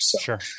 Sure